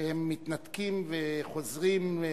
שהם מתנתקים וחוזרים.